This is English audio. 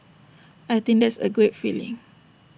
I think that's A great feeling